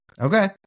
Okay